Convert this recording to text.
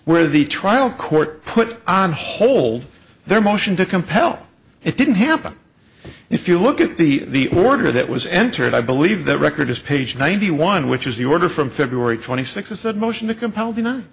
where the trial court put on hold their motion to compel it didn't happen if you look at the order that was entered i believe that record is page ninety one which is the order from february twenty sixth that motion to compel